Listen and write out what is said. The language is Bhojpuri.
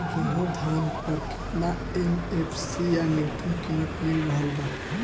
गेहूं अउर धान पर केतना एम.एफ.सी या न्यूनतम कीमत मिल रहल बा?